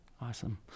Awesome